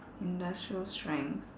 industrial strength